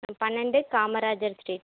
பன்னிரெண்டு காமராஜர் ஸ்டீரிட்